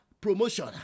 Promotion